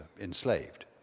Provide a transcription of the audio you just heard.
enslaved